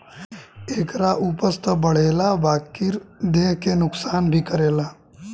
एकरा उपज त बढ़ेला बकिर देह के नुकसान भी करेला